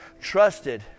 trusted